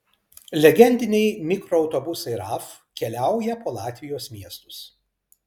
legendiniai mikroautobusai raf keliauja po latvijos miestus